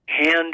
hand